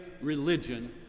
religion